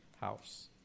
house